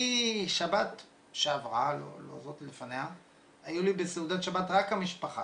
בשבת שעברה היו לי בסעודת שבת רק המשפחה